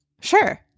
Sure